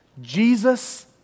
Jesus